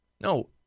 No